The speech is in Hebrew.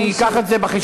אני אביא את זה בחשבון.